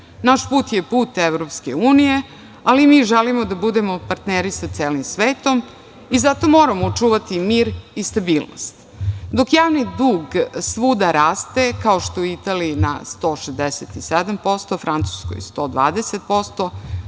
put je put EU, ali mi želimo da budemo partneri sa celim svetom i zato moramo čuvati mir i stabilnost. Dok javni dug svuda raste, kao što je u Italiji na 167%, Francuskoj 120%,